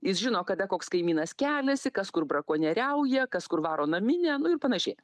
jis žino kada koks kaimynas keliasi kas kur brakonieriauja kas kur varo naminę nu ir panašiai